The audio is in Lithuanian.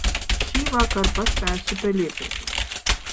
šįvakar paspęsiu pelėkautus